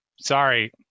Sorry